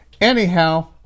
Anyhow